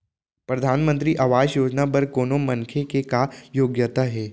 परधानमंतरी आवास योजना बर कोनो मनखे के का योग्यता हे?